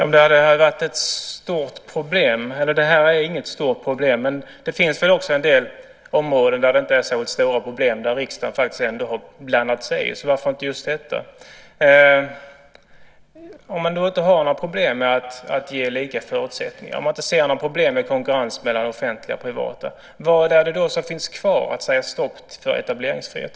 Herr talman! Det här är inget stort problem. Men det finns en del områden där det inte är särskilt stora problem och där riksdagen ändå har blandat sig i. Så varför inte just detta? Om man inte har några problem med att ge lika förutsättningar och om man inte ser något problem med konkurrens mellan det offentliga och det privata, vad är det då som finns kvar när det gäller att säga stopp för etableringsfriheten?